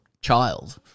child